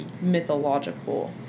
mythological